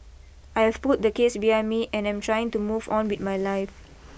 I have put the case behind me and I'm trying to move on with my life